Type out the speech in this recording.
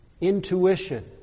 intuition